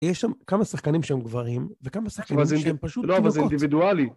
יש שם כמה שחקנים שהם גברים, וכמה שחקנים שהם פשוט תינוקות.לא אבל זה אינדיווידואלי